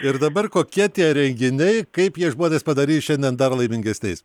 ir dabar kokie tie renginiai kaip jie žmones padarys šiandien dar laimingesniais